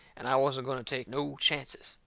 and i wasn't going to take no chances.